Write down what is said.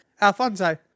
Alfonso